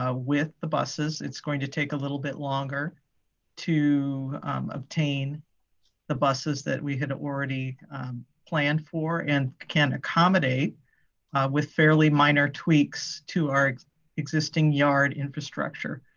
with the buses. it's going to take a little bit longer to obtain the buses that we had already planned for and can accommodate with fairly minor tweaks to our existing yard infrastructure.